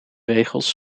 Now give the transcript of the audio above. regels